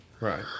Right